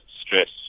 stress